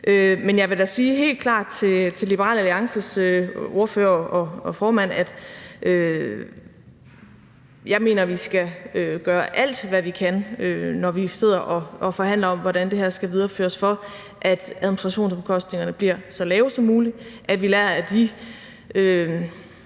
Men jeg vil da sige helt klart til Liberal Alliances ordfører og formand, at jeg mener, at vi skal gøre alt, hvad vi kan, når vi sidder og forhandler om, hvordan det her skal videreføres, for, at administrationsomkostningerne bliver så lave som muligt, og at vi skal lære af de